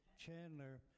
Chandler